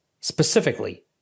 Specifically